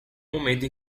momento